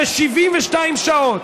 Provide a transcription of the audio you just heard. ב-72 שעות.